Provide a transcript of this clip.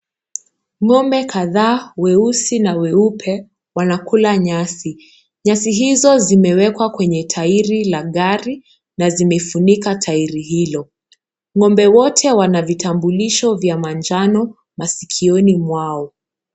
Ng'ombe kadhaa weusi na weupe wanakula nyasi, nyasi hizo zimewekwa kwenye tairi la gari na zimefunika tairi hilo. Ng'ombe wote wana vitambulisho vya manjano masikioni mwao.